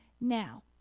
Now